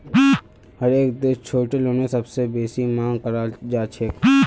हरेक देशत छोटो लोनेर सबसे बेसी मांग कराल जाछेक